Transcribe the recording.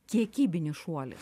kiekybinis šuolis